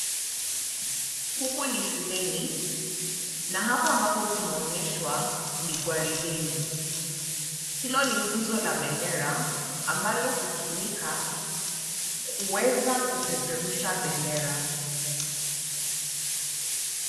Huku ni shuleni na hapa ambapo tunaonyeshwa ni gwarideni. Hilo ni guzo la bendera ambalo hutumika kuweza kupeperusha bendera.